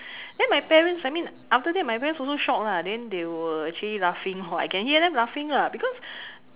then my parents I mean after that my parents also shocked lah then they were actually laughing lor I can hear them laughing lah because